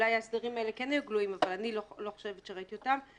אולי ההסדרים האלה כן היו גלויים אבל אני לא חושבת שראיתי אותם.